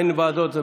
אין ועדות.